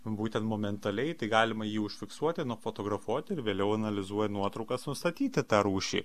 būtent momentaliai tai galima jį užfiksuoti nufotografuoti ir vėliau analizuoji nuotraukas nustatyti tą rūšį